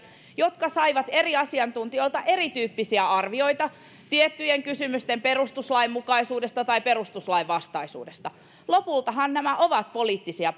jotka saivat eri asiantuntijoilta erityyppisiä arvioita tiettyjen kysymysten perustuslainmukaisuudesta tai perustuslainvastaisuudesta lopultahan nämä ovat poliittisia